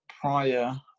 prior